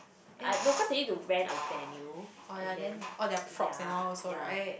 ah no cause they need to rent a venue and then ya ya